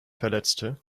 verletzte